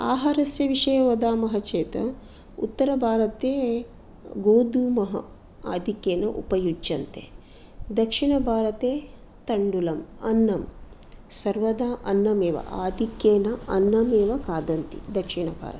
आहारस्य विषये वदामः चेत् उत्तरभारते गोधूमः आधिक्येन उपयुज्यन्ते दक्षिणभारते तण्डुलम् अन्नम् सर्वदा अन्नमेव आधिक्येन अन्नमेव खादन्ति दक्षिणभारते